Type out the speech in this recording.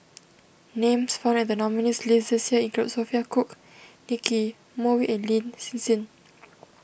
names found in the nominees' list this year include Sophia Cooke Nicky Moey and Lin Hsin Hsin